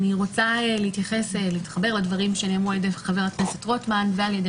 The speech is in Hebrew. אני רוצה להתחבר לדברים שנאמרו על ידי חבר הכנסת רוטמן ועל ידי